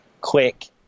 quick